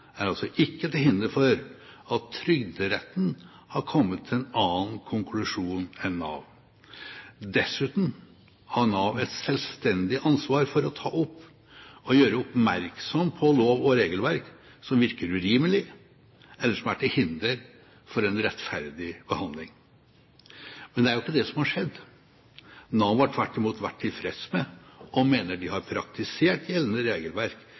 er altså ikke til hinder for at Trygderetten har kommet til en annen konklusjon enn Nav. Dessuten har Nav et selvstendig ansvar for å ta opp og gjøre oppmerksom på lov- og regelverk som virker urimelig, eller som er til hinder for en rettferdig behandling. Men det er jo ikke det som har skjedd. Nav har tvert imot vært tilfreds med og mener de har praktisert gjeldende regelverk